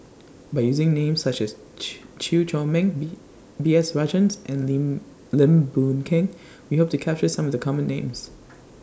By using Names such as Chew Chew Chor Meng B B S Rajhans and Lin Lim Boon Keng We Hope to capture Some of The Common Names